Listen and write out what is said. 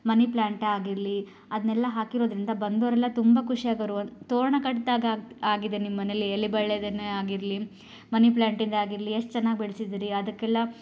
ಮನಿ plant ಆಗಿರಲಿ ಅದನ್ನೆಲ್ಲ ಹಾಕಿರೋದರಿಂದ ಬಂದೋರೆಲ್ಲ ತುಂಬ ಖುಷಿ ಆಗೋರು ಒಂದು ತೋರಣ ಕಟ್ದಾಗ ಆಗಿ ಆಗಿದೆ ನಿಮ್ಮನೇಲಿ ಎಲೆ ಬಳ್ಳೆದೇನೆ ಆಗಿರಲಿ ಮನಿ ಪ್ಲಾಂಟಿಂದ ಆಗಿರಲಿ ಎಷ್ಟು ಚೆನ್ನಾಗಿ ಬೆಳೆಸಿದಿರಿ ಅದಕ್ಕೆಲ್ಲ